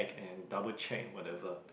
and double check whatever